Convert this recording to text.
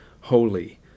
holy